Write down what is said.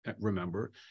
remember